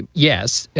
yes,